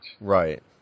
Right